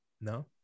No